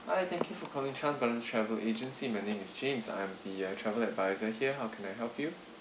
hi thank you for calling chan brothers travel agency my name is james I'm the uh travel adviser here how can I help you